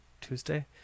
Tuesday